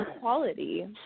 quality